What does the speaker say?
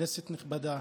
כנסת נכבדה,